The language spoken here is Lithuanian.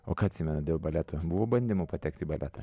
o ką atsimenat dėl baleto buvo bandymų patekti į baletą